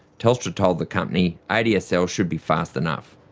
telstra told the company adsl should be fast enough.